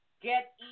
get